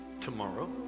tomorrow